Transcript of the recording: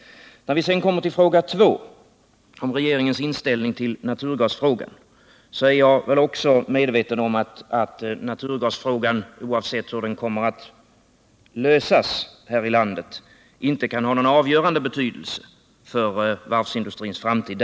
När det gäller fråga 2, om regeringens inställning till naturgasfrågan, är också jag medveten om att detta spörsmål, oavsett hur det kommer att lösas här i landet, inte kan ha någon avgörande betydelse för varvsindustrins framtid.